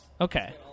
Okay